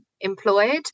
employed